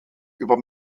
über